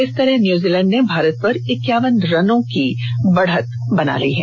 इस तरह न्यूजीलैंड ने भारत पर इक्यावन रनों की बढ़त ले ली है